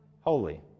Holy